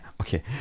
Okay